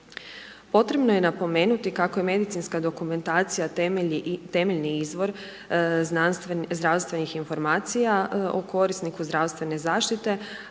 Potrebno je napomenuti kako je medicinska dokumentacija temeljni izvor zdravstvenih informacija o korisniku zdravstvene zaštite,